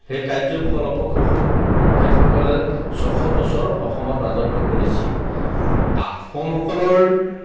সেই কাৰ্য ফলপ্ৰসূ ক্ষেতসকলে ছশ বছৰ অসমত ৰাজত্ব কৰিছিল আহোমসকলৰ